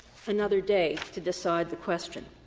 another day, to decide the question.